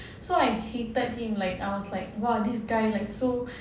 so I hated him like I was like !wah! this guy like so